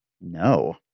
No